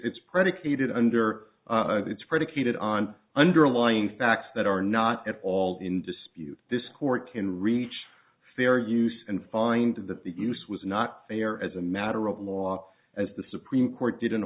it's predicated under it's predicated on underlying facts that are not at all in dispute this court can reach fair use and find that the use was not fair as a matter of law as the supreme court did